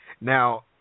Now